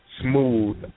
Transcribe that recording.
smooth